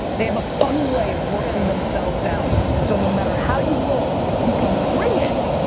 they have a funny way of working themselves out. and so no matter how you roll, if you can bring it,